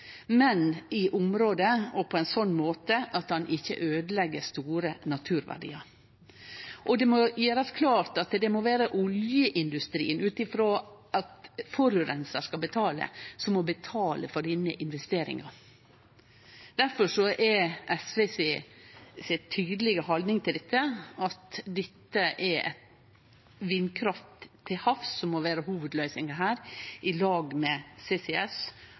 men i område der og på ein sånn måte at ein ikkje øydelegg store naturverdiar. Det må gjerast klart at det må vere oljeindustrien – ut frå at forureinar skal betale – som må betale for denne investeringa. Difor er SVs tydelege haldning til dette at det er vindkraft til havs som må vere hovudløysinga her, i lag med